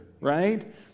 right